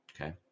okay